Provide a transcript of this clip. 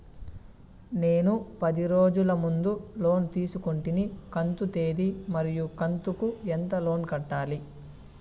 నేను పది రోజుల ముందు లోను తీసుకొంటిని కంతు తేది మరియు కంతు కు ఎంత లోను కట్టాలి?